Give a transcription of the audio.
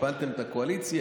הפלתם את הקואליציה,